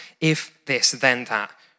if-this-then-that